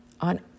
on